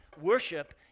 worship